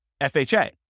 FHA